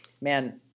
Man